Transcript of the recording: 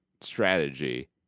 strategy